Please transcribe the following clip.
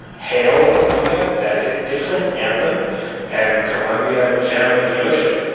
hail, columbia! that is a different anthem and columbia gem of the ocean.